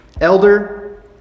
Elder